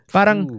Parang